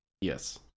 Yes